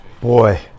boy